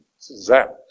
zapped